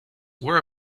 were